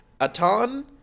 Atan